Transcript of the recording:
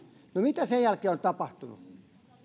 mitä sen jälkeen on tapahtunut